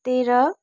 तेह्र